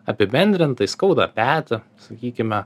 apibendrintai skauda petį sakykime